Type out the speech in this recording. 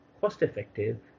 cost-effective